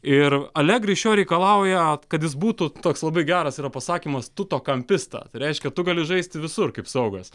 ir alegri iš jo reikalauja kad jis būtų toks labai geras yra pasakymas tuto kampista reiškia tu gali žaisti visur kaip saugas